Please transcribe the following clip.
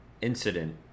incident